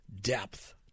depth